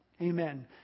Amen